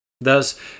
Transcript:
Thus